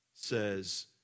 says